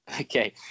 Okay